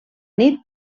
nit